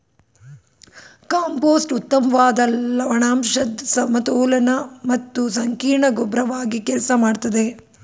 compost ಉತ್ತಮ್ವಾದ ಲವಣಾಂಶದ್ ಸಮತೋಲನ ಮತ್ತು ಸಂಕೀರ್ಣ ಗೊಬ್ರವಾಗಿ ಕೆಲ್ಸ ಮಾಡ್ತದೆ